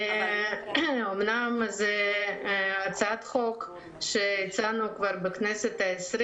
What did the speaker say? אומנם זו הצעת חוק שהצענו כבר בכנסת ה-20,